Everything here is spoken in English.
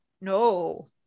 no